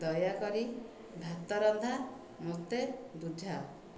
ଦୟାକରି ଭାତ ରନ୍ଧାମୋତେ ବୁଝାଅ